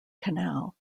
canal